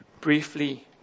briefly